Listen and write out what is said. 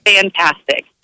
Fantastic